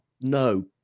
no